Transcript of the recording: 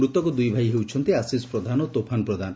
ମୃତକ ଦୁଇ ଭାଇ ହେଲେ ଆଶିଷ ପ୍ରଧାନ ଓ ତୋଫାନ ପ୍ରଧାନ